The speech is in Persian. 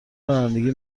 رانندگی